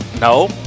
no